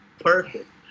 perfect